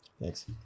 thanks